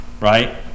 right